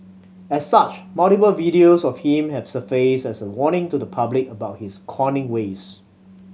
as such multiple videos of him have surfaced as a warning to the public about his conning ways